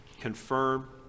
confirm